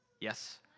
Yes